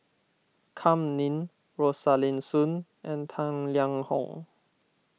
Kam Ning Rosaline Soon and Tang Liang Hong